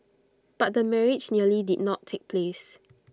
but the marriage nearly did not take place